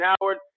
Howard